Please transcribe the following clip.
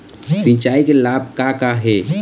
सिचाई के लाभ का का हे?